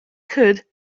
could